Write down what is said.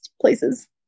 places